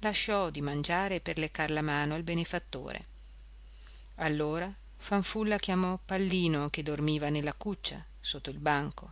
lasciò di mangiare per leccar la mano del benefattore allora fanfulla chiamò pallino che dormiva nella cuccia sotto il banco